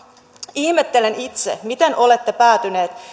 ihmettelen itse miten olette päätyneet